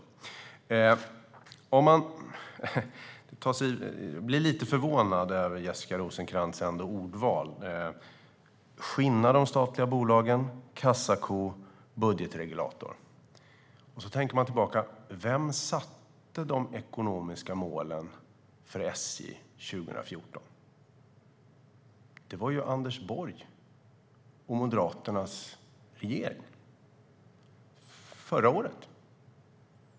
Man blir lite förvånad över Jessica Rosencrantz ordval: skinna de statliga bolagen, kassako, budgetregulator. Om man tänker tillbaka: Vem satte upp de ekonomiska målen för SJ 2014? Det var ju Anders Borg och Moderaternas regering - förra året.